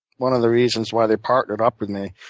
one of the reasons why they partnered up with me.